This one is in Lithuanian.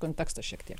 kontekstas šiek tiek